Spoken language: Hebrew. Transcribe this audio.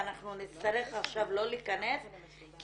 ואנחנו נצטרך עכשיו לא להיכנס לזה כי